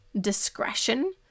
discretion